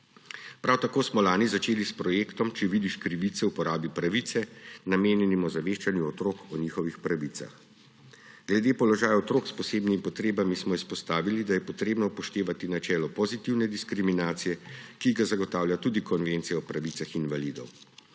Prav tako smo lani začeli s projektom Če vidiš krivice, uporabi pravice!, namenjenim ozaveščanju otrok o njihovih pravicah. Glede položaja otrok s posebnimi potrebami smo izpostavili, da je potrebno upoštevati načelo pozitivne diskriminacije, ki ga zagotavlja tudi Konvencija o pravicah invalidov.